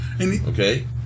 Okay